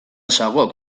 zagok